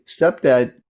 stepdad